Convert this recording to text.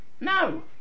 No